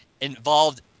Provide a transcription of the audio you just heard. involved